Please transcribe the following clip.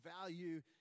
value